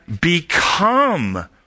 become